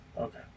Okay